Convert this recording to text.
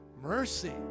mercy